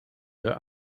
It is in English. their